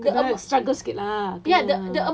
kena struggle sikit lah ah